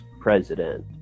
president